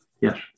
Yes